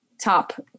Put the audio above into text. top